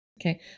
okay